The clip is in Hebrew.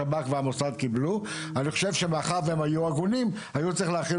השב"כ והמוסד קיבלו ואני חושב שבאחת והם היו הגונים הם היו צריכים להחיל